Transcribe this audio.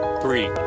three